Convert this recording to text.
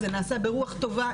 זה נעשה ברוח טובה,